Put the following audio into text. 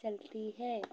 चलती है